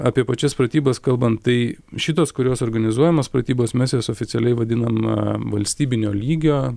apie pačias pratybas kalbant tai šitos kurios organizuojamos pratybos mes jas oficialiai vadinam valstybinio lygio